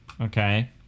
okay